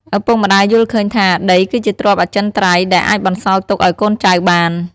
ឪពុកម្ដាយយល់ឃើញថា ដីគឺជាទ្រព្យអចិន្ត្រៃយ៍ដែលអាចបន្សល់ទុកឱ្យកូនចៅបាន។